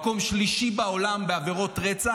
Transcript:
במקום שלישי בעולם בעבירות רצח,